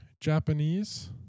Japanese